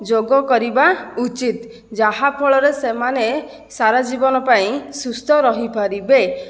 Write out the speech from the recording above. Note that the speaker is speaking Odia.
ଯୋଗ କରିବା ଉଚିତ ଯାହା ଫଳରେ ସେମାନେ ସାରା ଜୀବନ ପାଇଁ ସୁସ୍ଥ ରହିପାରିବେ